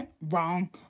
Wrong